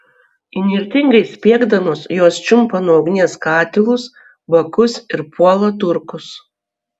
įnirtingai spiegdamos jos čiumpa nuo ugnies katilus bakus ir puola turkus